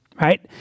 right